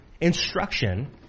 instruction